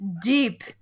deep